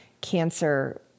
cancer